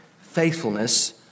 faithfulness